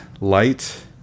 light